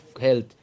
health